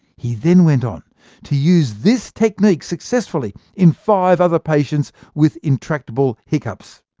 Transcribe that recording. he then went on to use this technique successfully in five other patients with intractable hiccups.